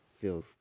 Feels